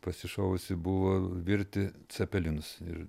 pasišovusi buvo virti cepelinus ir